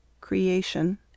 Creation